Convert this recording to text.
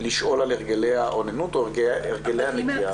לשאול על הרגלי האוננות או הרגלי הנגיעה.